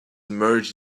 merged